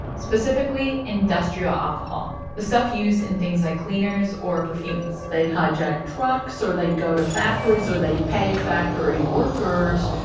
specifically industrial alcohol the stuff used in things like cleaners or perfumes they'd hijack trucks, or they'd go to factories, or they'd pay factory workers,